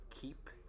keep